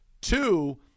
Two